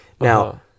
now